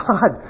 God